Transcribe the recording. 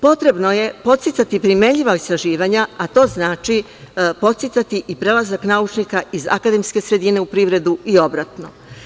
Potrebno je podsticati primenljiva istraživanja, a to znači podsticati i prelazak naučnika iz akademske sredine u privredu i obratno.